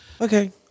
Okay